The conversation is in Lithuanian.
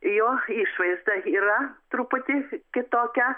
jo išvaizda yra truputį kitokia